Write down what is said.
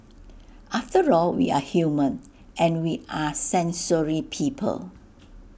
after all we are human and we are sensory people